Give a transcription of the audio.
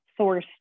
sourced